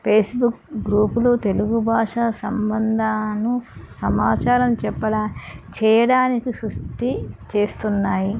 Facebook గ్రూపులు తెలుగు భాష సంబంధాను సమాచారం చెప్పడా చేయడానికి సృష్టి చేస్తున్నాయి